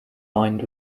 lined